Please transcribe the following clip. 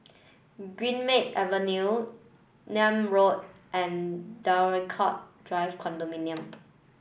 Greenmead Avenue Nim Road and Draycott Drive Condominium